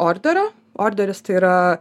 orderio orderis tai yra